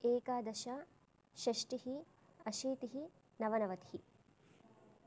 एकादश षष्टिः अशीतिः नवनवतिः